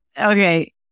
Okay